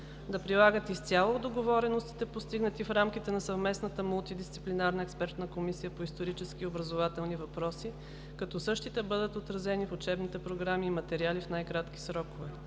да прилагат изцяло договореностите, постигнати в рамките на Съвместната мултидисциплинарна експертна комисия по исторически и образователни въпроси, като същите бъдат отразени в учебните програми и материали в най-кратки срокове;